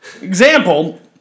Example